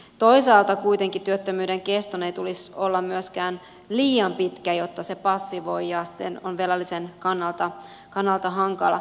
toisaalta kuitenkaan työttömyyden keston ei tulisi olla myöskään liian pitkä jotta se ei passivoi ja ole siten velallisen kannalta hankala